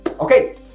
Okay